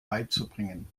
beizubringen